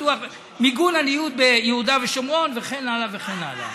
מיגון הניוד ביהודה ושומרון וכן הלאה וכן הלאה.